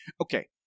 Okay